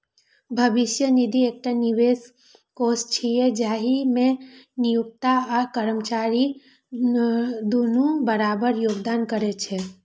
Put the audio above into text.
भविष्य निधि एकटा निवेश कोष छियै, जाहि मे नियोक्ता आ कर्मचारी दुनू बराबर योगदान करै छै